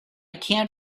can’t